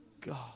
God